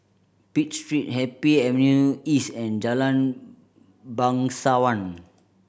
Pitt Street Happy Avenue East and Jalan Bangsawan